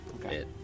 Okay